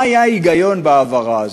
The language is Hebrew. מה היה ההיגיון בהעברה הזאת?